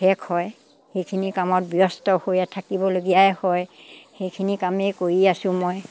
শেষ হয় সেইখিনি কামত ব্যস্ত হৈয়ে থাকিবলগীয়াই হয় সেইখিনি কামেই কৰি আছো মই